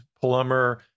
plumber